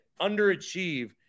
underachieve